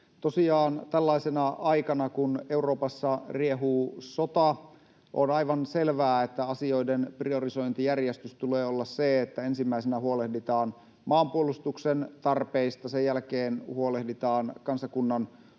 Tosiaan tällaisena aikana, kun Euroopassa riehuu sota, on aivan selvää, että asioiden priorisointijärjestyksen tulee olla se, että ensimmäisenä huolehditaan maanpuolustuksen tarpeista, sen jälkeen huolehditaan kansakunnan